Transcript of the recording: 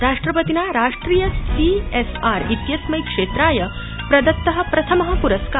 राष्ट्रपतिना राष्ट्रिय C S R इत्यस्मै क्षेत्राय प्रदत्त प्रथम पुरस्कार